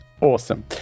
Awesome